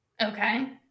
Okay